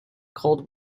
cold